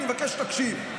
אני מבקש שתקשיב.